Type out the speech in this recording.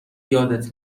یادت